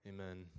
Amen